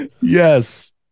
Yes